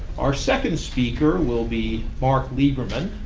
our second speaker will be mark lieberman.